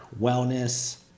wellness